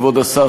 כבוד השר,